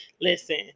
listen